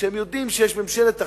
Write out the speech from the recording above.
כשהם יודעים שיש ממשלת אחדות,